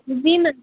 जी ma'am